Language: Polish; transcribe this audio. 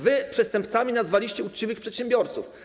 Wy przestępcami nazwaliście uczciwych przedsiębiorców.